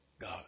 God